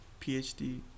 phd